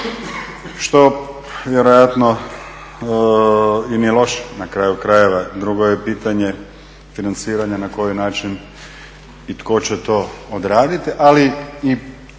što vjerojatno i nije loše na kraju krajeva. Drugo je pitanje financiranja, na koji način i tko će to odraditi, ali i